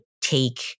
take